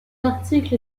article